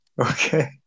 Okay